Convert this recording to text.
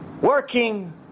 working